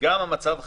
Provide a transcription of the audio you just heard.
גם מצב החירום.